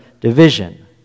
division